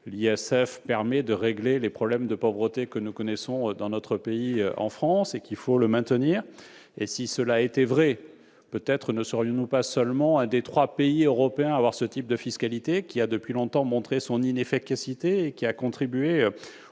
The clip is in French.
l'ISF permet de régler les problèmes de pauvreté que nous connaissons en France. Si cela était vrai, peut-être ne serions-nous pas seulement l'un des trois pays européens à avoir ce type de fiscalité, qui a depuis longtemps montré son inefficacité, et qui a poussé de